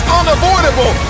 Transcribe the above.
unavoidable